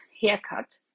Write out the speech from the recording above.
haircut